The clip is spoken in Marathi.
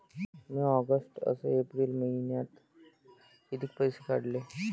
म्या ऑगस्ट अस एप्रिल मइन्यात कितीक पैसे काढले?